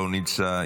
לא נמצא,